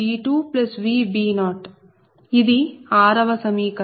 VbVb1Vb2Vb0 ఇది 6 వ సమీకరణం